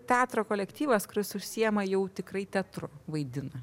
teatro kolektyvas kuris užsiima jau tikrai teatru vaidina